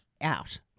out